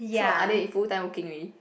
so are they full time working already